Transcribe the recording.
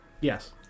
Yes